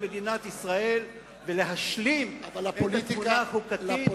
מדינת ישראל ולהשלים את התמונה החוקתית.